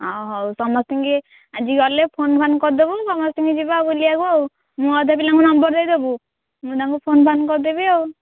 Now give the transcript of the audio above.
ହଁ ହଉ ସମସ୍ତିକି ଆଜି ଗଲେ ଫୋନ୍ ଫାନ୍ କରିଦେବୁ ସମସ୍ତେ ଯିବା ଆଉ ବୁଲିବାକୁ ଆଉ ମୁଁ ଅଧା ପିଲାଙ୍କ ନମ୍ବର୍ ଦେଇଦେବୁ ମୁଁ ତାଙ୍କୁ ଫୋନ୍ ଫାନ୍ କରିଦେବି ଆଉ